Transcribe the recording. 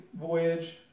Voyage